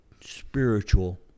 spiritual